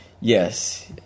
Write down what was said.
Yes